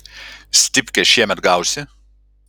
stipkę šiemet gausi